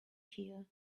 here